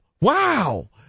wow